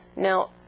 now,